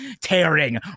tearing